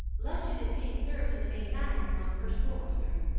luncheon is being served in the main dining-room on the first floor, sir.